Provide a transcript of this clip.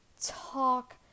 talk